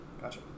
Gotcha